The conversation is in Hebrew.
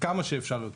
כמה שאפשר יותר,